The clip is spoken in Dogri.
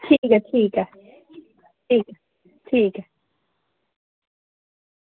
ठीक ऐ ठीक ऐ ठीक ऐ ठीक ऐ